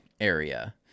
area